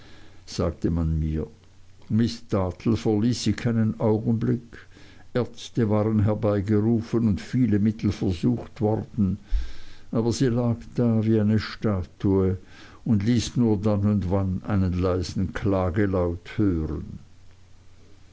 sagte man mir miß dartle verließ sie keinen augenblick ärzte waren herbeigerufen und viele mittel versucht worden aber sie lag da wie eine statue und ließ nur dann und wann einen leisen klagelaut hören